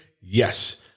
Yes